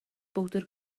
bowdr